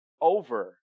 over